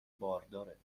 بارداره